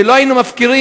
ולא היינו מפקירים,